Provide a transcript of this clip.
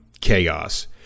chaos